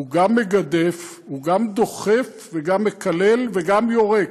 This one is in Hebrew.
הוא גם מגדף, הוא גם דוחף וגם מקלל וגם יורק.